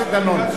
חבר הכנסת דנון.